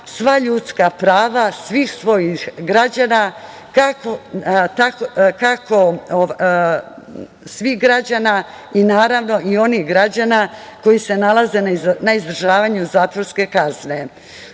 sva ljudska prava svih svojih građana kako svih građana i naravno i onih građana koji se nalaze na izdržavanju zatvorske kazne.U